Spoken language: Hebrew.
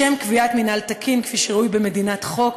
לשם קביעת מינהל תקין כפי שראוי במדינת חוק,